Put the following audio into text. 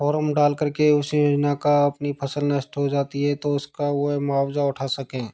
form डाल करके उसे योजना का अपनी फ़सल नष्ट हो जाती तो उसका वह मुआवज़ा उठा सकें